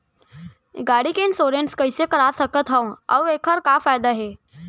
गाड़ी के इन्श्योरेन्स कइसे करा सकत हवं अऊ एखर का फायदा हे?